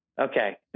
Okay